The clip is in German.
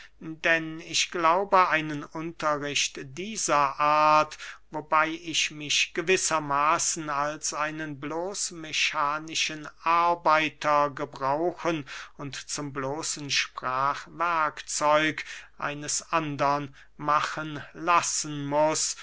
denn ich glaube einen unterricht dieser art wobey ich mich gewisser maßen als einen bloß mechanischen arbeiter gebrauchen und zum bloßen sprachwerkzeug eines andern machen lassen muß